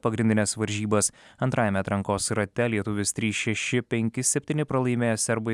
pagrindines varžybas antrajame atrankos rate lietuvis trys šeši penki septyni pralaimėjo serbui filipui